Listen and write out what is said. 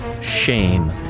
Shame